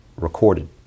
recorded